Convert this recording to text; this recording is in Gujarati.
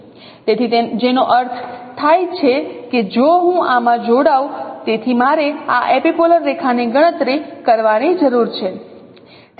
તેથી જેનો અર્થ થાય છે કે જો હું આમાં જોડાઉં તેથી મારે આ એપિપોલર રેખાની ગણતરી કરવાની જરૂર છે